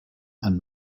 and